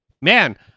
man